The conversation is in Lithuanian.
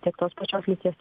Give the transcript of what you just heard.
tiek tos pačios lyties